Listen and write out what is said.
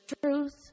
truth